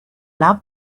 love